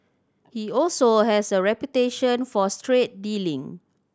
he also has a reputation for straight dealing